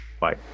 Bye